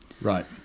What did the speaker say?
Right